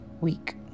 week